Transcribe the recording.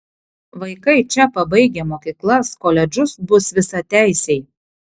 vaikai čia pabaigę mokyklas koledžus bus visateisiai